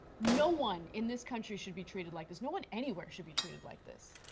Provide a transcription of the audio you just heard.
no one in this country should be treated like this, no one anywhere should be treated like this.